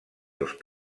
dos